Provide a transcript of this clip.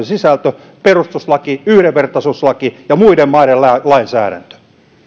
sisältö perustuslaki yhdenvertaisuuslaki ja muiden maiden lainsäädäntö